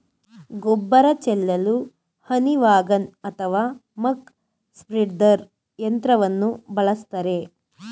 ಗೊಬ್ಬರ ಚೆಲ್ಲಲು honey wagon ಅಥವಾ ಮಕ್ ಸ್ಪ್ರೆಡ್ದರ್ ಯಂತ್ರವನ್ನು ಬಳಸ್ತರೆ